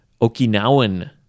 Okinawan